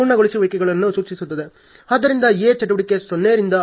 ಆದ್ದರಿಂದ A ಚಟುವಟಿಕೆ 0 ರಿಂದ ಆರಂಭವಾಗಿ 6ಕೆ ಮುಗಿಯುತ್ತದೆ